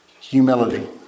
humility